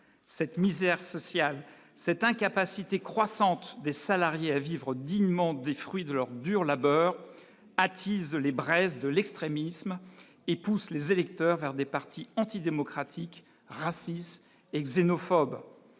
cette misère sociale, cette incapacité croissante des salariés à vivre dignement des fruits de leur dur labeur attise les braises de l'extrémisme et pousse les électeurs vers des partis anti-démocratiques raciste et xénophobe,